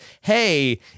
hey